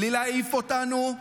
בלי להעיף אותנו,